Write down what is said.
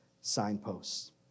signposts